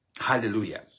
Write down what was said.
Hallelujah